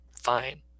fine